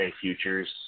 Futures